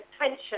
Attention